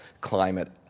climate